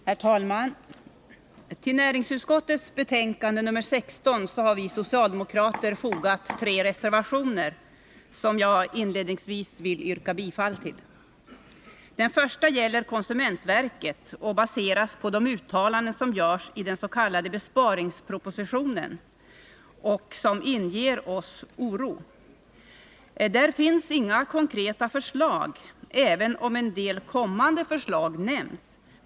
Herr talman! Till näringsutskottets betänkande nr 16 har vi socialdemokrater fogat tre reservationer, som jag inledningsvis yrkar bifall till. Den första gäller konsumentverket och baseras på de uttalanden som görs i dens.k. besparingspropositionen, uttalanden som inger oro. Där finns inga konkreta förslag, även om en del kommande förslag nämns.